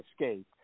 escape